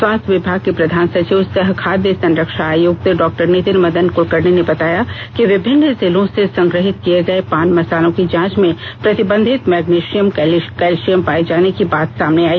स्वास्थ्य विभाग के प्रधान सचिव सह खाद्य संरक्षा आयुक्त डॉ नितिन मदन कुलकर्णी ने बताया कि विभिन्न जिलों से संग्रहित किए गए पान मसालों की जांच में प्रतिबंधित मैग्नेशियम कैलशियम पाए जाने की बात सामने आई